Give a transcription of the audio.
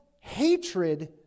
hatred